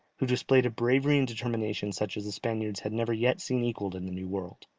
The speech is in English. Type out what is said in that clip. who displayed a bravery and determination such as the spaniards had never yet seen equalled in the new world.